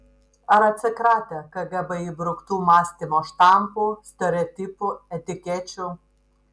ar atsikratę kgb įbruktų mąstymo štampų stereotipų etikečių